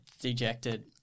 dejected